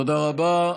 תודה רבה.